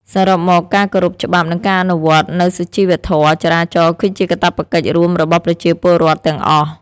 សរុបមក ការគោរពច្បាប់និងការអនុវត្តនូវសុជីវធម៌ចរាចរណ៍គឺជាកាតព្វកិច្ចរួមរបស់ប្រជាពលរដ្ឋទាំងអស់។